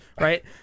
Right